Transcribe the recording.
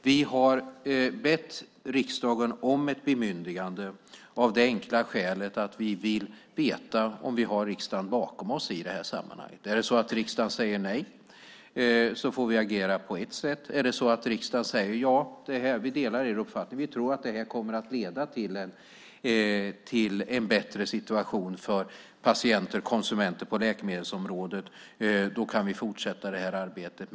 Vi har bett riksdagen om ett bemyndigande av det enkla skälet att vi vill veta om vi har riksdagen bakom oss i det här sammanhanget. Om riksdagen säger nej får vi agera på ett sätt. Om riksdagen säger ja, att man delar vår uppfattning och tror att det här kommer att leda till en bättre situation för patienter och konsumenter på läkemedelsområdet, kan vi fortsätta det här arbetet.